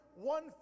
one